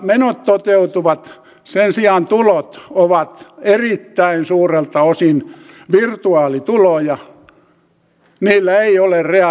menot toteutuvat sen sijaan tulot ovat erittäin suurelta osin virtuaalituloja niillä ei ole reaalipohjaa